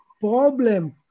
problem